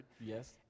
Yes